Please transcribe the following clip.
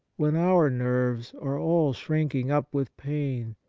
when our nerves are all shrinking up with pain,